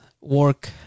work